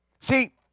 see